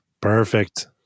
Perfect